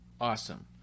Awesome